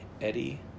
Eddie